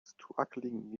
struggling